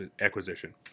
acquisition